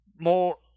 More